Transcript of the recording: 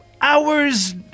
hours